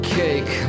cake